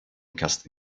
cast